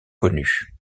connues